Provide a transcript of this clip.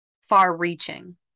far-reaching